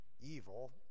evil